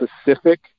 specific